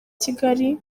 kigali